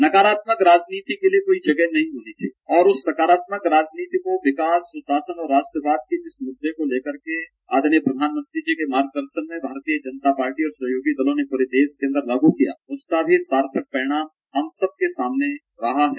नकारात्मक राजनीति के लिये कोई जगह नहीं होनी चाहिये और उस सकारात्मक राजनीति को विकास सुशासन और राष्ट्रवाद के जिस मुद्दे को लेकर आदरणीय प्रधानमंत्री जी के मार्ग दर्शन में सहयोगी दलों ने पूरे देश के अन्दर लागू किया है उसका भी सार्थक परिणाम हम सबके सामने रहा है